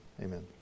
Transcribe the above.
amen